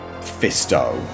Fisto